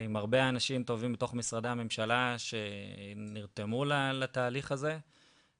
עם הרבה אנשים טובים בתוך משרדי הממשלה שנרתמו לתהליך הזה,